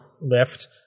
lift